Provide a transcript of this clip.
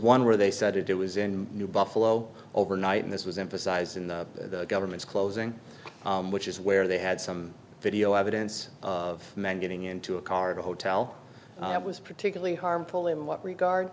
one where they said it was in new buffalo overnight and this was emphasized in the government's closing which is where they had some video evidence of a man getting into a car at a hotel it was particularly harmful in what regard